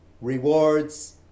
rewards